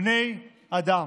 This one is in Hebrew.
בני אדם.